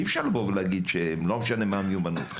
אי אפשר לבוא ולהגיד שלא משנה מה המיומנויות.